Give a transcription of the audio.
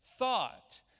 thought